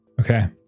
Okay